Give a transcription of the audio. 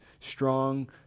strong